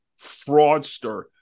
fraudster